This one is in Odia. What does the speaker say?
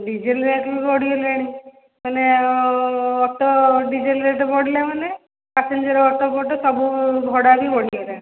ଡ଼ିଜେଲ୍ ରେଟ୍ ବି ବଢ଼ିଗଲାଣି ମାନେ ଅଟୋ ଡ଼ିଜେଲ୍ ରେଟ୍ ବଢ଼ିଲା ମାନେ ପାସେଞ୍ଜର୍ ଅଟୋଫୋଟୋ ସବୁ ଭଡ଼ା ବି ବଢ଼ିଗଲାଣି